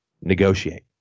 negotiate